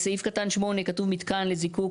בסעיף קטן (8) כתוב "מתקן לזיקוק,